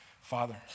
Father